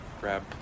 grab